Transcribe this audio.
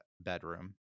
bedroom